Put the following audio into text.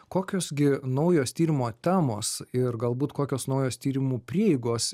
kokios gi naujos tyrimo temos ir galbūt kokios naujos tyrimų prieigos